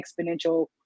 exponential